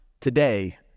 today